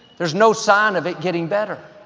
there's no sign of it getting better.